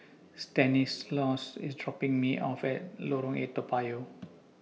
Stanislaus IS dropping Me off At Lorong eight Toa Payoh